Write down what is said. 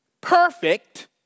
perfect